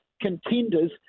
Contenders